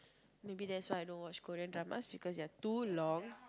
maybe that's why I don't watch Korean dramas because they are too long